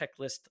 checklist